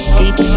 deep